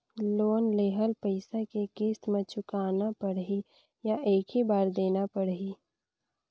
Loan लेहल पइसा के किस्त म चुकाना पढ़ही या एक ही बार देना पढ़ही?